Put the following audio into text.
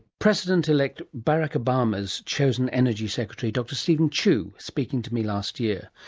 president elect barack obama's chosen energy secretary, dr steven chu, speaking to me last year.